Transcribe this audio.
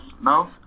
No